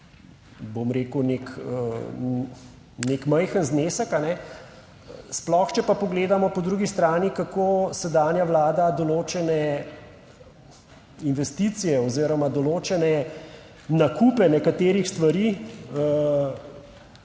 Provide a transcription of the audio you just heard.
bom rekel, nek majhen znesek. Sploh če pa pogledamo po drugi strani kako sedanja vlada določene investicije oziroma določene nakupe nekaterih stvari